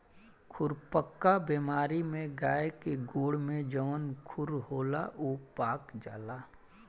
खुरपका बेमारी में गाय के गोड़ में जवन खुर होला उ पाक जाला